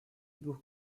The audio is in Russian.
двух